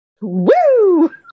Woo